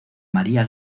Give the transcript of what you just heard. maría